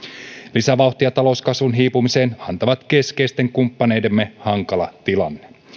lisävauhtia talouskasvun hiipumiseen antavat keskeisten kumppaneidemme hankala tilanne